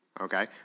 okay